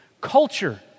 Culture